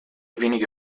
wenige